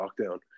lockdown